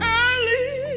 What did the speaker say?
early